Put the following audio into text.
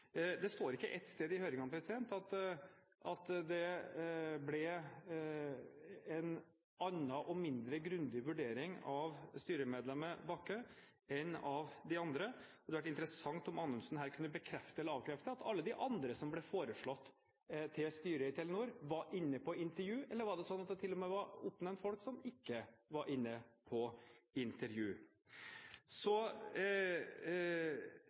Det står ikke ett sted i innstillingen at det ble en annen og mindre grundig vurdering av styremedlemmet Bakke enn av de andre, og det hadde vært interessant om Anundsen her kunne bekrefte eller avkrefte at alle de andre som ble foreslått til styret i Telenor, var inne på intervju. Eller var det slik at det til og med var oppnevnt folk som ikke var inne på intervju?